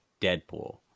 Deadpool